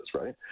Right